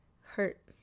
hurt